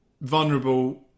vulnerable